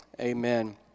amen